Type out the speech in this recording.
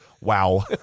wow